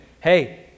hey